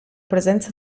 presenza